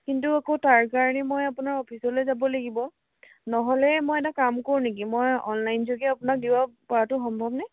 কিন্তু আকৌ তাৰ কাৰণে মই আপোনাৰ অফিচলৈ যাব লাগিব নহ'লে মই এটা কাম কৰো নেকি মই অনলাইন যোগে আপোনাক দিব পৰাটো সম্ভৱনে